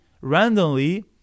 randomly